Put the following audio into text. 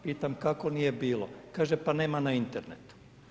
Pitam kako nije bilo, kaže pa nema na internetu.